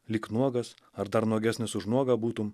lyg nuogas ar dar nuogesnis už nuogą būtum